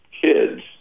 kids